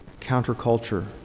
counterculture